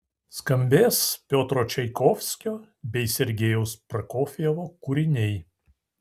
skambės piotro čaikovskio bei sergejaus prokofjevo kūriniai